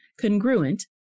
congruent